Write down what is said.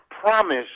promise